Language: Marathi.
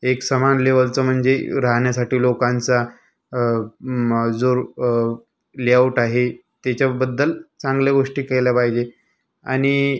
एक समान लेवलचं म्हणजे राहण्यासाठी लोकांचा माजोर लेआऊट आहे त्याच्याबद्दल चांगल्या गोष्टी केल्या पाहिजे आणि